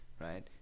right